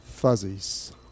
Fuzzies